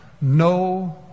no